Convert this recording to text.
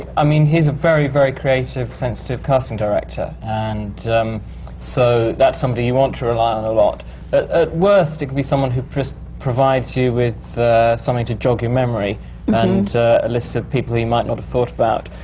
i mean, he's a very, very creative, sensitive casting director. and so, that's somebody you want to rely on a lot. but at worst, it could be someone who just provides you with something to jog your memory and a list of people you might not have thought about.